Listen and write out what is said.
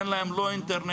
אין להם לא אינטרנט,